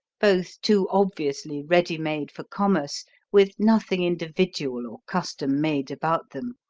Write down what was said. both too obviously ready-made for commerce with nothing individual or custom-made about them,